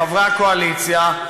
חברי הקואליציה,